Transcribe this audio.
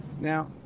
Now